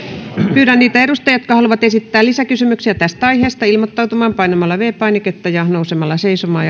pyydän niitä edustajia jotka haluavat esittää lisäkysymyksiä tästä aiheesta ilmoittautumaan painamalla viides painiketta ja nousemalla seisomaan